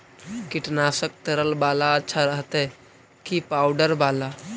कीटनाशक तरल बाला अच्छा रहतै कि पाउडर बाला?